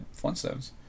Flintstones